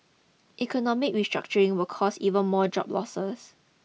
economic restructuring will cause even more job losses